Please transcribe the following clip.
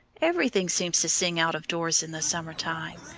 everything seems to sing out of doors in the summer time,